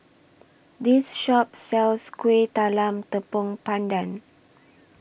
This Shop sells Kueh Talam Tepong Pandan